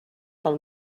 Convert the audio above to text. pel